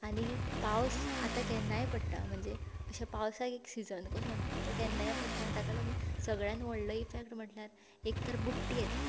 आनी पावस आतां केन्नाय पडटा म्हणजे अशें पावसाक एक सिजन कसो ना तो केन्नाय पडटा ताका लागून सगळ्यांत व्हडलो इफॅक्ट म्हळ्ळ्यार एक तर बुडटी येता